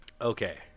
Okay